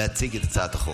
להציג את הצעת החוק.